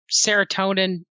serotonin